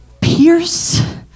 pierce